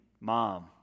Mom